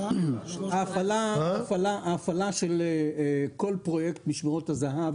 ההפעלה של כל פרויקט משמרות הזה"ב